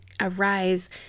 arise